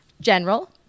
General